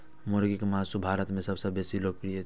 मुर्गीक मासु भारत मे सबसं बेसी लोकप्रिय छै